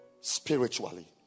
Spiritually